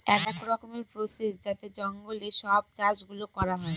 এক রকমের প্রসেস যাতে জঙ্গলে সব চাষ গুলো করা হয়